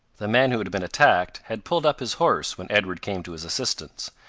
the man who had been attacked had pulled up his horse when edward came to his assistance,